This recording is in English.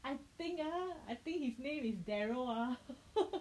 I think ah I think his name is Daryl ah